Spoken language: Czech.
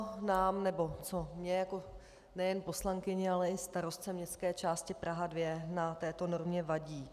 Co nám, nebo co mně jako nejen poslankyni, ale i starostce Městské části Praha 2 na této normě vadí?